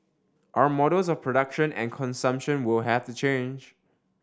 our models of production and consumption will have to change